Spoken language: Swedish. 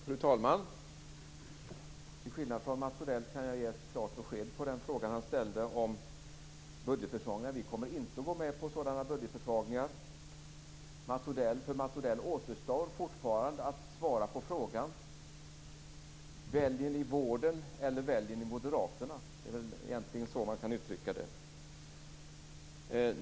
Fru talman! Till skillnad från Mats Odell kan jag ge ett klart besked på den fråga han ställde om budgetförsvagningarna. Vi kommer inte att gå med på sådana budgetförsvagningar. För Mats Odell återstår fortfarande att svara på frågan: Väljer ni vården, eller väljer ni moderaterna? Det är väl egentligen så man kan uttrycka det.